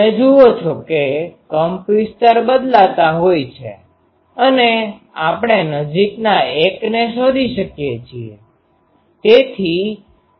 તમે જુઓ છો કે કંપનવિસ્તાર બદલાતા હોય છે અને આપણે નજીકના 1 ને શોધી શકીએ છીએ